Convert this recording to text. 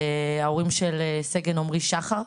ההורים של סגן עומרי שחר,